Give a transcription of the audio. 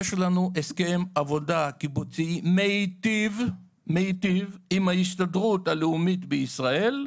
יש לנו הסכם עבודה קיבוצי מיטיב עם ההסתדרות הלאומית בישראל,